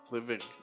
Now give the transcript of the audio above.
Living